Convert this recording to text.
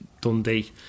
Dundee